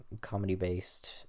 comedy-based